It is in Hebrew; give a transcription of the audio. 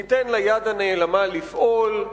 ניתן ליד הנעלמה לפעול,